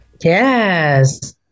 Yes